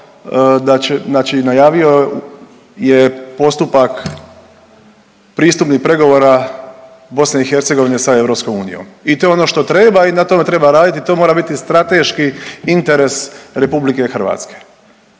da će, znači najavio je postupak pristupnih pregovora BiH sa EU i to je ono što treba i na tome treba raditi i to mora biti strateški interes RH. S druge